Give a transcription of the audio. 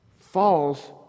falls